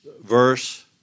verse